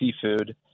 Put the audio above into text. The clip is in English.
seafood